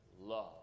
love